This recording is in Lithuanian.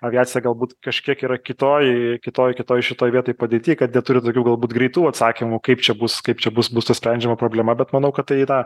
aviacija galbūt kažkiek yra kitoj kitoj kitoj šitoj vietoj padėty kad neturiu tokių galbūt greitų atsakymų kaip čia bus kaip čia bus bus apsprendžiama problema bet manau kad tai yra